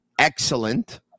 excellent